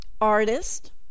artist